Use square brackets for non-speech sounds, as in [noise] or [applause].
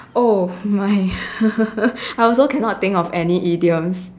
oh my [laughs] I also cannot think of any idioms